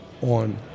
on